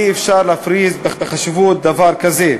ואי-אפשר להפריז בחשיבות דבר כזה.